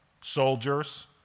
soldiers